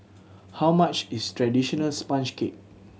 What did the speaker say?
how much is traditional sponge cake